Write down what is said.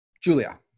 Julia